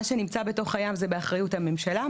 מה שנמצא בתוך הים זה באחריות הממשלה,